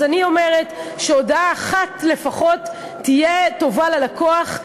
אז אני אומרת שהודעה אחת לפחות תהיה טובה ללקוח,